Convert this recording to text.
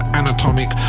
anatomic